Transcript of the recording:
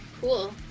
cool